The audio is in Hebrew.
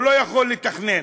הוא לא יכול לתכנן.